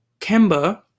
Kemba